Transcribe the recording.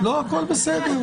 יום טוב וצוהריים טובים,